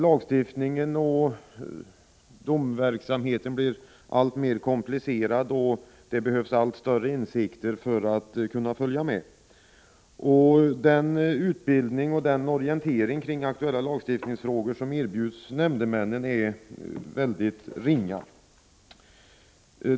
Lagstiftningen och domstolarnas verksamhet blir alltmer komplicerade, och det behövs allt större insikter för att kunna följa med. Den utbildning och den orientering kring aktuella lagstiftningsfrågor som erbjuds nämndemännen är ytterst ringa.